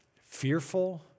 fearful